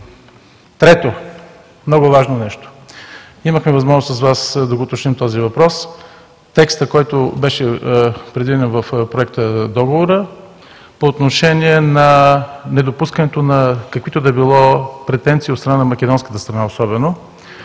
Трето, много важно нещо. Имахме възможност с Вас да уточним този въпрос – текстът, който беше предвиден в Проектодоговора по отношение на недопускането на каквито и да било претенции от страна на македонската страна, особено